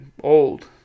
old